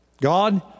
God